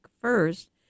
first